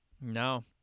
No